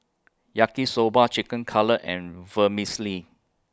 Yaki Soba Chicken Cutlet and Vermicelli